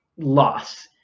loss